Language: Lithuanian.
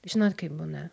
žinot kaip būna